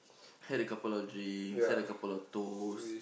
had a couple drinks had a couple of toast